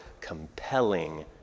compelling